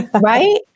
Right